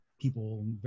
people